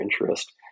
interest